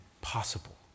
possible